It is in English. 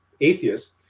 atheists